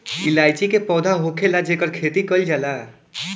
इलायची के पौधा होखेला जेकर खेती कईल जाला